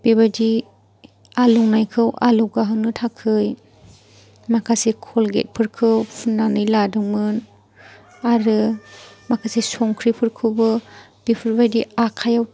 बेबायदि आलौनायखौ आलौ गाहोनो थाखाय माखासे कलगेटफोरखौ फुननानै लादोंमोन आरो माखासे संख्रिफोरखौबो बेफोरबायदि आखाइयाव